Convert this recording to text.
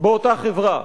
באותה חברה.